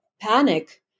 panic